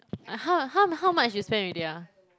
how how how much you spent already ah